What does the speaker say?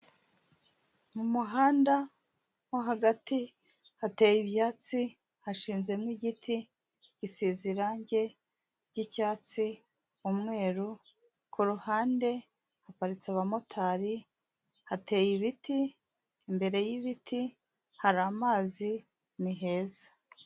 Mu muhanda wo hagati hateye ibyatsi, hashinzemo igiti gisize irange ry'icyatsi, umweru. Ku ruhande haparitse abamotari, hateye ibiti, imbere y'ibiti hari amazi ni heza.